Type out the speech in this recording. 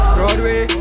Broadway